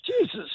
Jesus